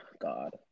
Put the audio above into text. god